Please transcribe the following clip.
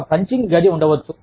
ఒక పంచింగ్ గది ఉండవచ్చు